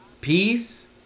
peace